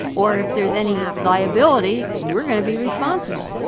or if there's any liability, we're going to be responsible.